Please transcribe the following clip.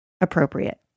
Appropriate